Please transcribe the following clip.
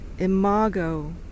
imago